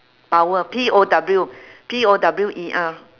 power P O W P O W E R